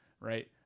right